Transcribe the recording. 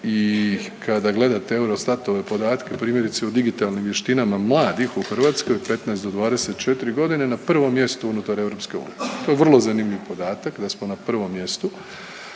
i kada gledate Eurostatove podatke primjerice u digitalnim vještinama mladih u Hrvatskoj od 15 do 24 godine na prvom mjestu unutar EU. To je vrlo zanimljiv podatak da smo na prvom mjestu.